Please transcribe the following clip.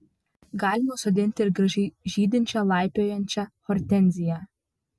galima sodinti ir gražiai žydinčią laipiojančią hortenziją